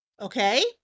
Okay